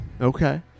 Okay